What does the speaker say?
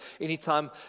Anytime